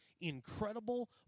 incredible